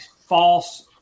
false